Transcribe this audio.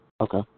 Okay